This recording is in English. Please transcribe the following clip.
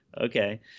okay